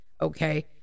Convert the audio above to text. Okay